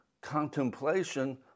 contemplation